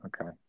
Okay